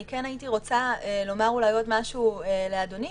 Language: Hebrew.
כן הייתי רוצה לומר אולי עוד משהו לאדוני,